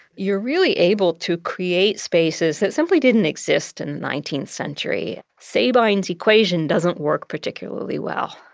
you're really able to create spaces that simply didn't exist in the nineteenth century. sabine's equation doesn't work particularly well.